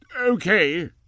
Okay